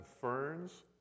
ferns